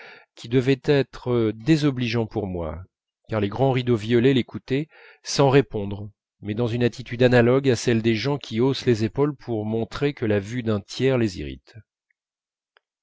qui devaient être désobligeants pour moi car les grands rideaux violets l'écoutaient sans répondre mais dans une attitude analogue à celle des gens qui haussent les épaules pour montrer que la vue d'un tiers les irrite